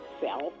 self